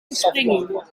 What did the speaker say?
verspringen